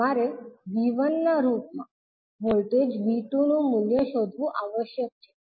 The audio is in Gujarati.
તમારે V1 ના રૂપમાં વોલ્ટેજ 𝐕2 નું મૂલ્ય શોધવું આવશ્યક છે